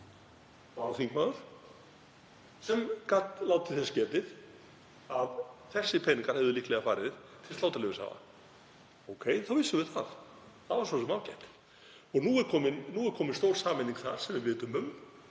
varaþingmaður, sem gat látið þess getið að þessir peningar hefðu líklega farið til sláturleyfishafa. Ókei, þá vissum við það. Það var svo sem ágætt. Nú er komin stór sameining sem við vitum um